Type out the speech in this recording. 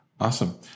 Awesome